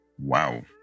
Wow